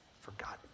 forgotten